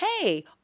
hey